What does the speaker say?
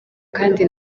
kandi